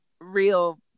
real